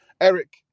Eric